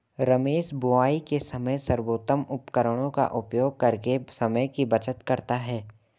रमेश बुवाई के समय सर्वोत्तम उपकरणों का उपयोग करके समय की बचत करता है